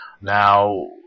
Now